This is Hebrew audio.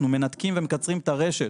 אנחנו מנתקים ומקצרים את הרשת.